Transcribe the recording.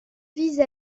vise